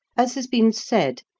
as has been said,